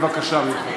בבקשה ממך.